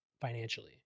financially